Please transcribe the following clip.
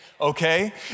okay